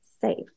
safe